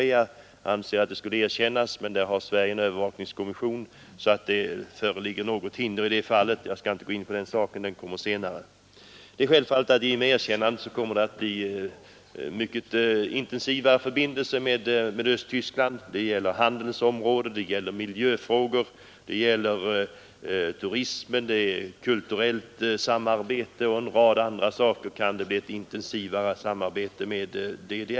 Det gäller t.ex. Nordkorea, men där har Sverige en övervakningskommission, så det föreligger hinder i det fallet. Jag skall inte gå in på den saken — den kommer upp senare. Det är självfallet att i och med erkännandet kommer det att bli mycket intensiva förbindelser med Östtyskland. Det gäller handelns område, det gäller miljöfrågor, det gäller turismen, det gäller det kulturella området och en rad andra områden, där det kan bli ett intensivare samarbete med DDR.